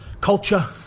culture